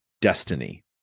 destiny